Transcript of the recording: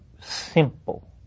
simple